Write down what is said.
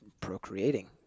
procreating